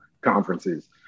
conferences